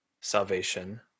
salvation